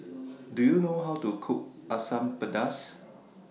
Do YOU know How to Cook Asam Pedas